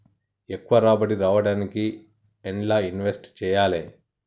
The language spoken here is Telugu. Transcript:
ఎక్కువ రాబడి రావడానికి ఎండ్ల ఇన్వెస్ట్ చేయాలే?